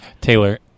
taylor